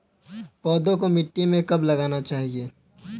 पौधों को मिट्टी में कब लगाना चाहिए?